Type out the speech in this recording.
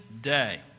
day